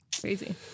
Crazy